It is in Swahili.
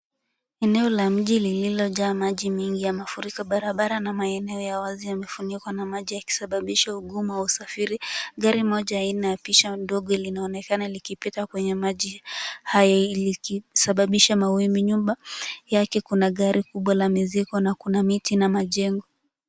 Eneo la mji lililojaa maji mingi ya mafuriko barabara na maeneo la wazi yamefunikwa na maji ukisababisha ugumu wa uasafiri, gari moja haina ya picha ndogo inaonekana likipita kwenye maji haya likisababisha mawimbi nyuma yake kuna gari kubwa la mizigo na kuna miti na majengo.